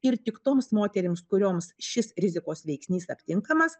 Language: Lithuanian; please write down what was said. ir tik toms moterims kurioms šis rizikos veiksnys aptinkamas